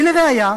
ולראיה,